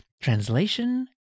Translation